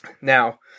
Now